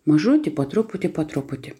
mažutį po truputį po truputį